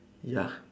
ya